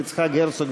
יצחק הרצוג,